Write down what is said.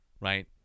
Right